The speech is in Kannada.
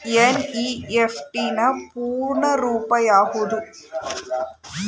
ಎನ್.ಇ.ಎಫ್.ಟಿ ನ ಪೂರ್ಣ ರೂಪ ಯಾವುದು?